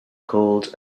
called